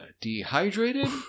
dehydrated